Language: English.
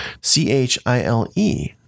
C-H-I-L-E